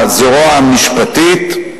הזרוע המשפטית,